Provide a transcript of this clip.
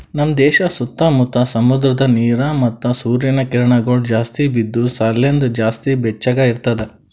ನಮ್ ದೇಶ ಸುತ್ತಾ ಮುತ್ತಾ ಸಮುದ್ರದ ನೀರ ಮತ್ತ ಸೂರ್ಯನ ಕಿರಣಗೊಳ್ ಜಾಸ್ತಿ ಬಿದ್ದು ಸಲೆಂದ್ ಜಾಸ್ತಿ ಬೆಚ್ಚಗ ಇರ್ತದ